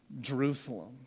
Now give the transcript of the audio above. Jerusalem